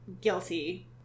guilty